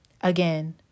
again